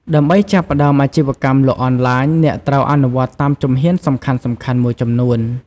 ដើម្បីចាប់ផ្ដើមអាជីវកម្មលក់អនឡាញ អ្នកត្រូវអនុវត្តតាមជំហានសំខាន់ៗមួយចំនួន។